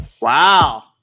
Wow